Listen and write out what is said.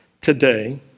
today